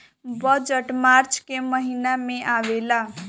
budget March के महिना में आवेला